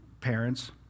parents